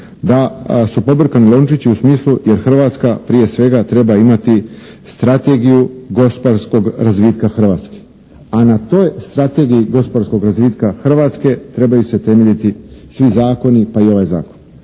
da su pobrkani lončići u smislu jer Hrvatska prije svega treba imati strategiju gospodarskog razvitka Hrvatske. A na toj strategiji gospodarskog razvitka Hrvatske trebaju se temeljiti svi zakoni pa i ovaj zakon.